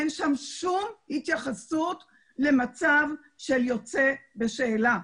אין שם שום התייחסות למצב של יוצאי בשאלה.